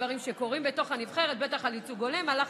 תודה, אדוני היושב-ראש.